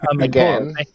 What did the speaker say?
Again